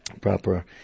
proper